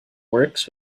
works